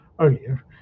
earlier